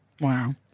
Wow